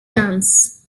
dance